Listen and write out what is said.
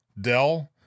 Dell